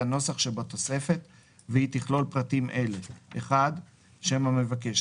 הנוסח שבתוספת והיא תכלול פרטים אלה: שם המבקש,